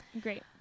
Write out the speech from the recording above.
Great